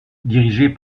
dirigé